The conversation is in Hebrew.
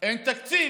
אין תקציב.